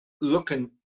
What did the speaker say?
looking